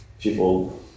people